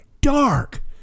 dark